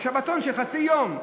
שבתון של חצי יום.